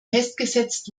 festgesetzt